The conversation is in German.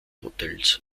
hotels